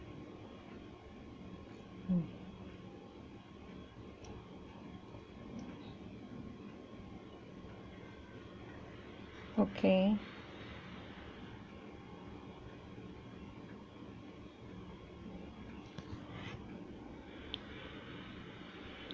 mm okay